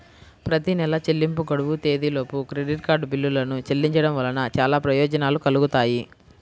ప్రతి నెలా చెల్లింపు గడువు తేదీలోపు క్రెడిట్ కార్డ్ బిల్లులను చెల్లించడం వలన చాలా ప్రయోజనాలు కలుగుతాయి